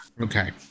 Okay